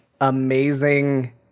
amazing